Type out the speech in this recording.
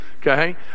okay